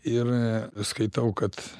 ir skaitau kad